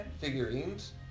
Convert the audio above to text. figurines